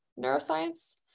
neuroscience